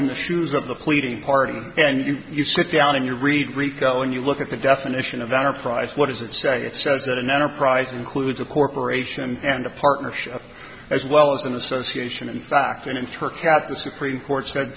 in the shoes of the pleading party and you sit down and you read rico and you look at the definition of enterprise what does it say it says that an enterprise includes a corporation and a partnership as well as an association in fact inter caste the supreme court said